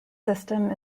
system